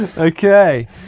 Okay